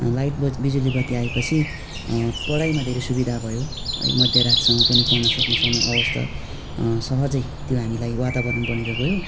light बबिजुली बत्ती आएपछि पढाइमा धेरै सुविधा भयो है मध्यरातसम्म पनि पढ्न सक्ने समय अवस्था सहजै त्यो हामीलाई वातावरण बनेर गयो